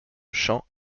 chant